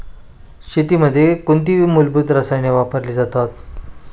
शेतीमध्ये कोणती मूलभूत रसायने वापरली जातात?